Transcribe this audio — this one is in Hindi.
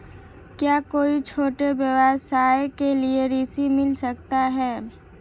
क्या कोई छोटे व्यवसाय के लिए ऋण मिल सकता है?